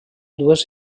dues